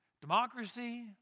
Democracy